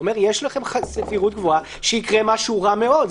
הוא אומר שיש סבירות גבוהה שיקרה משהו רע מאוד.